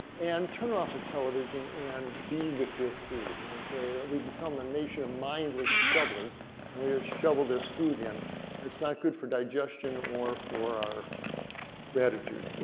and turn off the television and be with your food. okay. we become a nation mindless shovelers and we have shoveled this food in. and it's not good for digestion or for our gratitude.